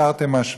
תרתי משמע.